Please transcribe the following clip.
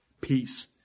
peace